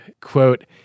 Quote